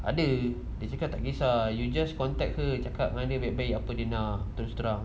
ada dia cakap tak kesah you just contact her cakap apa baik-baik apa dia nak terus terang